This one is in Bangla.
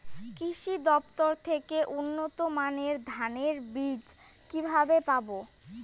কৃষি দফতর থেকে উন্নত মানের ধানের বীজ কিভাবে পাব?